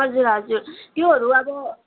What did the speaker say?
हजुर हजुर त्योहरू अब